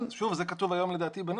שוב, זה כתוב היום לדעתי בנוסח.